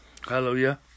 Hallelujah